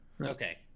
okay